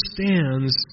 understands